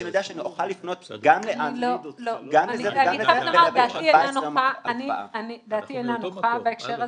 שאני יודע שאני אוכל לפנות גם ל- -- דעתי אינה נוחה בהקשר הזה.